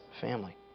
family